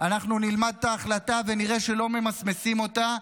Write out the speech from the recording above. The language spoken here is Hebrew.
אנחנו נלמד את ההחלטה ונראה שלא ממסמסים אותה.